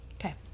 Okay